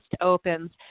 opens